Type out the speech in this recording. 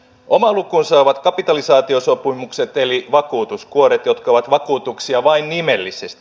oma lukunsa ovat kapitalisaatiosopimukset eli vakuutuskuoret jotka ovat vakuutuksia vain nimellisesti